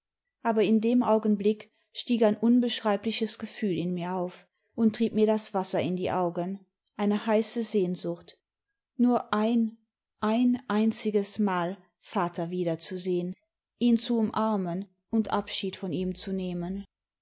ab in dem augenblick stieg ein unbeschreibliches gefühl in mir auf und trieb mir das wasser in die augen eine heiße sehnsucht nur ein ein einziges mal vater wiederzusehen ihn zu umarmen und abschied von ihm zu nehmen